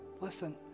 listen